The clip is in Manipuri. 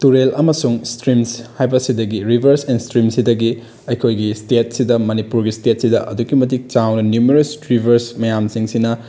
ꯇꯨꯔꯦꯜ ꯑꯃꯁꯨꯡ ꯏꯁꯇ꯭ꯔꯤꯝꯁ ꯍꯥꯏꯕ ꯑꯁꯤꯗꯒꯤ ꯔꯤꯕꯔꯁ ꯑꯦꯟ ꯏꯁꯇ꯭ꯔꯤꯝ ꯁꯤꯗꯒꯤ ꯑꯩꯈꯣꯏꯒꯤ ꯏꯁꯇꯦꯠꯁꯤꯗ ꯃꯅꯤꯄꯨꯔꯒꯤ ꯏꯁꯇꯦꯠꯁꯤꯗ ꯑꯗꯨꯛꯀꯤ ꯃꯇꯤꯛ ꯆꯥꯎꯅ ꯅꯤꯃꯔꯦꯁ ꯔꯤꯕꯔꯁ ꯃꯌꯥꯝꯁꯤꯡꯁꯤꯅ